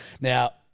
Now